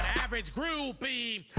average groupie,